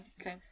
Okay